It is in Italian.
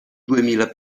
duemila